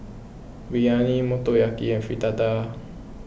Biryani Motoyaki and Fritada